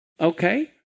okay